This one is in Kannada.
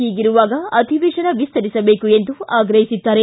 ಹೀಗಿರುವಾಗ ಅಧಿವೇಶನ ವಿಸ್ತರಿಸಬೇಕು ಎಂದು ಆಗ್ರಸಿದ್ದಾರೆ